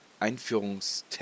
Einführungstext